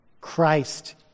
Christ